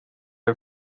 või